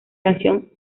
canción